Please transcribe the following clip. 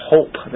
Hope